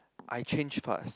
I change fast